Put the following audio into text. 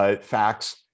facts